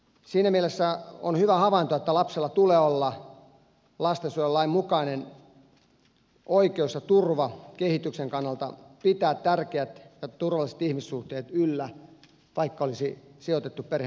siinä mielessä on hyvä havainto että lapsella tulee olla lastensuojelulain mukainen oikeus ja turva kehityksen kannalta pitää tärkeät ja turvalliset ihmissuhteet yllä vaikka olisi sijoitettu perheen ulkopuolelle